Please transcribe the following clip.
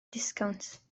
disgownt